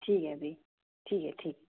ठीक ऐ भी ठीक ऐ ठीक